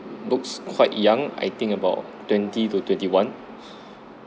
looks quite young I think about twenty to twenty one